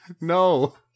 No